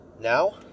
now